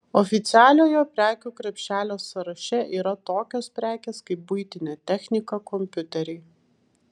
oficialiojo prekių krepšelio sąraše yra tokios prekės kaip buitinė technika kompiuteriai